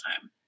time